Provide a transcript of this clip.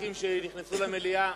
חברי הכנסת שנכנסו למליאה.